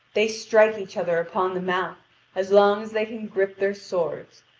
they strike each other upon the mouth as long as they can grip their swords,